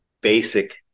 basic